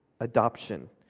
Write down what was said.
adoption